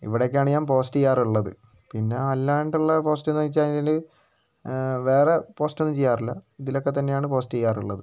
ഇവിടെയൊക്കെയാണ് ഞാൻ പോസ്റ്റ് ചെയ്യാറുള്ളത് പിന്നെ അല്ലാണ്ടുള്ള പോസ്റ്റ് എന്ന് വെച്ച് കഴിഞ്ഞാല് വേറെ പോസ്റ്റ് ഒന്നും ചെയ്യാറില്ല ഇതിലൊക്കെ തന്നെയാണ് പോസ്റ്റ് ചെയ്യാറുള്ളത്